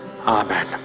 amen